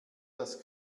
das